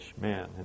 man